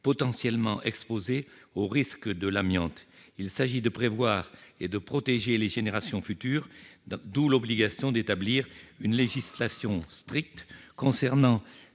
potentiellement exposés aux risques de l'amiante. Il s'agit de prévoir et de protéger les générations futures ; d'où l'obligation d'établir une législation stricte concernant